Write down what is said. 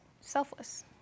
selfless